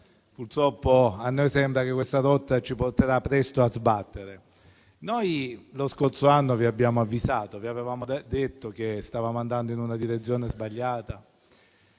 Purtroppo, a noi sembra che questa rotta ci porterà presto a sbattere. Lo scorso anno vi avevamo avvisato, vi avevamo detto che stavamo andando in una direzione sbagliata